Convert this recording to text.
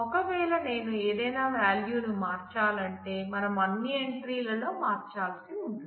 ఒక వేళ నేను ఏదైన వాల్యూను మార్చాలంటే మనం అన్ని ఎంట్రీలలో మార్చాల్సి ఉంటుంది